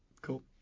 Cool